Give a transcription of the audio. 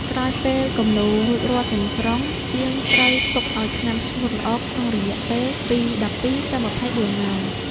ក្រោយពេលគំនូររួចរាល់ទាំងស្រុង ជាងត្រូវទុកឱ្យថ្នាំស្ងួតល្អក្នុងរយៈពេលពី ១២ ទៅ ២៤ ម៉ោង។